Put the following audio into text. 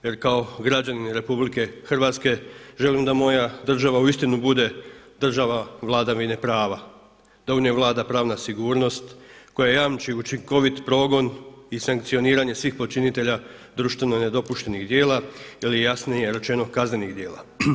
Jer kao građanin RH želim da moja država uistinu bude država vladavine prava, da u njoj vlada pravna sigurnost koja jamči učinkovit progon i sankcioniranje svih počinitelja društveno nedopuštenih djela ili jasnije rečeno kaznenih djela.